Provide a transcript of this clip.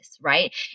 right